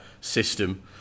system